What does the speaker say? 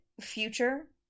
future